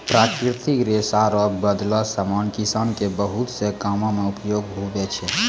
प्राकृतिक रेशा रो बनलो समान किसान के बहुत से कामो मे उपयोग हुवै छै